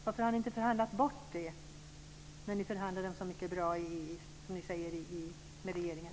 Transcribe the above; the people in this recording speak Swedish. Varför har ni inte förhandlat bort det, när ni som ni säger förhandlade om så många bra saker med regeringen?